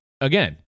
again